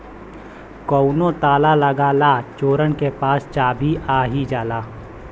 कउनो ताला लगा ला चोरन के पास चाभी आ ही जाला